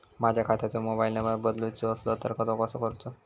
माझ्या खात्याचो mobile number बदलुचो असलो तर तो कसो करूचो?